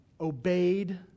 obeyed